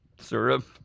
Syrup